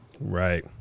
Right